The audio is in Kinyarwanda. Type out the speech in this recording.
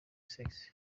sex